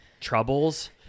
troubles